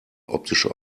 optische